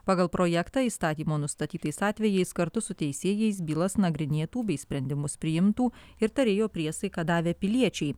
pagal projektą įstatymo nustatytais atvejais kartu su teisėjais bylas nagrinėtų bei sprendimus priimtų ir tarėjo priesaiką davę piliečiai